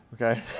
okay